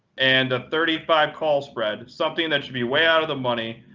and a thirty five call spread, something that should be way out of the money,